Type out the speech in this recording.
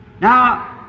Now